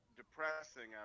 depressing